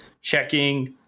checking